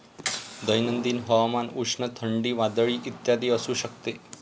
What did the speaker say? दैनंदिन हवामान उष्ण, थंडी, वादळी इत्यादी असू शकते